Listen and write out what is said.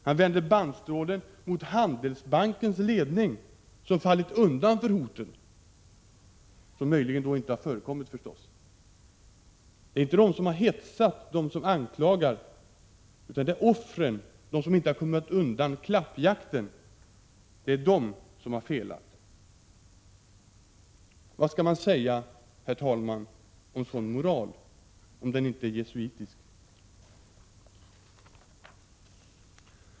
Han vänder också bannstrålen mot Handelsbankens ledning, som fallit undan för hotet — som då förstås möjligen inte har förekommit. Det är inte de som hetsat som anklagas utan offren, det är de som inte har kommit undan klappjakten, som har felat. Vad skall man säga, herr talman, om en sådan moral, om den inte är jesuitisk?